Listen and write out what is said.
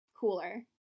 cooler